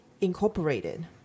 incorporated